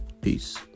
peace